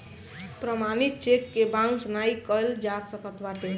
प्रमाणित चेक के बाउंस नाइ कइल जा सकत बाटे